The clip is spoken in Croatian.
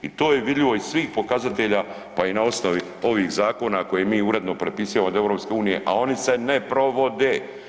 I to je vidljivo iz svih pokazatelja pa i na osnovi ovih zakona koje mi uredno prepisujemo od EU, a oni se ne provode.